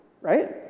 Right